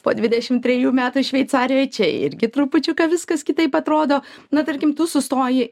po dvidešim trejų metų šveicarijoj čia irgi trupučiuką viskas kitaip atrodo na tarkim tu sustoji